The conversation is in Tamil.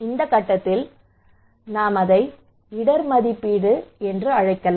இந்த கட்டத்தில் நாம் அதை இடர் மதிப்பீடு என்று அழைக்கலாம்